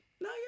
No